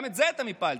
גם את זה אתם הפלתם.